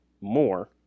more